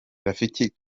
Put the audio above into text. rafiki